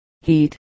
heat